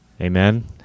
Amen